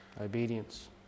obedience